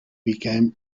became